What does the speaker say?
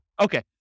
Okay